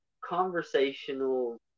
conversational